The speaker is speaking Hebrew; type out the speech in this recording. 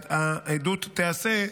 והעדות תיעשה,